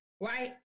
right